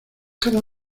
cada